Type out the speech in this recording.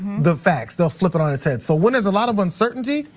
the facts, they'll flip it on its head. so when there's a lot of uncertainty,